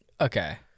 Okay